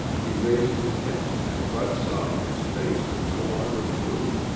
he raised his head and bud saw that his face was no longer blue.